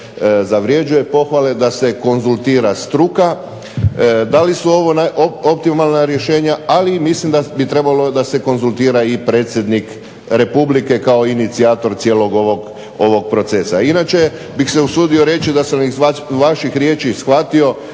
zavrjeđuje pohvale da se konzultira struka, da li su ovo optimalna rješenja, ali mislim da bi trebalo da se konzultira i predsjednik Republike kao inicijator cijelog ovog procesa. Inače bih se usudio reći da sam iz vaših riječi shvatio